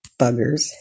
buggers